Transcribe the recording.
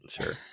sure